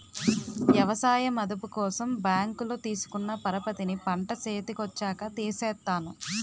ఎవసాయ మదుపు కోసం బ్యాంకులో తీసుకున్న పరపతిని పంట సేతికొచ్చాక తీర్సేత్తాను